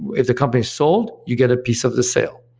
if the company is sold, you get a piece of the sale.